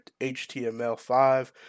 HTML5